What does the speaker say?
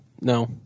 No